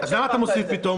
אז למה אתה מוסיף פתאום?